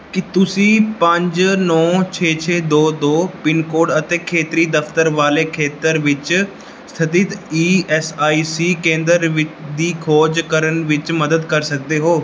ਕੀ ਤੁਸੀਂ ਪੰਜ ਨੌਂ ਛੇ ਛੇ ਦੋ ਦੋ ਪਿੰਨਕੋਡ ਅਤੇ ਖੇਤਰੀ ਦਫ਼ਤਰ ਵਾਲੇ ਖੇਤਰ ਵਿੱਚ ਸਥਿਤ ਈ ਐਸ ਆਈ ਸੀ ਕੇਂਦਰ ਵੀ ਦੀ ਖੋਜ ਕਰਨ ਵਿੱਚ ਮਦਦ ਕਰ ਸਕਦੇ ਹੋ